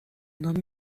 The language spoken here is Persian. مهمونها